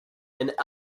and